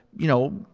you know,